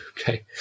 Okay